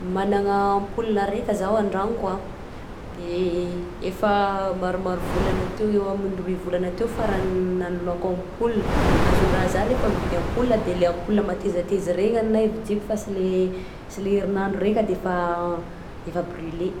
Magnana ampoule raika zao andragnoko a de efa maromaro volana teo eo amin'ny roy volana teo farany nanoloako ampoule, azony raha zaho refa mividy ampoule de le ampoule matezateza reny anahy vidiako fa sy le sy le herinandro raika defa bruler.